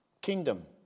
Kingdom